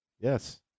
Yes